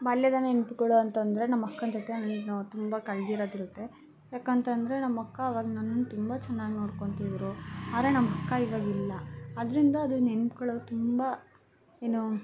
ಬಾಲ್ಯದ ನೆನಪುಗಳು ಅಂತಂದರೆ ನಮ್ಮಕ್ಕನ ಜೊತೆ ನಾನು ತುಂಬ ಕಳೆದಿರೋದಿರುತ್ತೆ ಏಕೆಂತಂದ್ರೆ ನಮ್ಮಕ್ಕ ಆವಾಗ ನನ್ನನ್ನು ತುಂಬ ಚೆನ್ನಾಗಿ ನೋಡ್ಕೊಳ್ತಿದ್ರು ಆದ್ರೆ ನಮ್ಮಕ್ಕ ಇವಾಗಿಲ್ಲ ಅದರಿಂದ ಅದು ನೆನ್ಪುಗಳು ತುಂಬ ಏನು